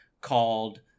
called